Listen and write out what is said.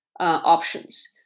options